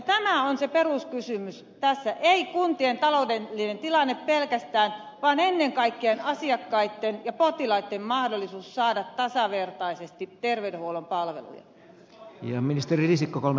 tämä on se peruskysymys tässä ei kuntien taloudellinen tilanne pelkästään vaan ennen kaikkea asiakkaitten ja potilaitten mahdollisuus saada tasavertaisesti terveydenhuollon palveluja